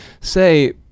say